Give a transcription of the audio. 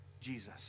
Jesus